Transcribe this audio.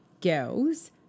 girls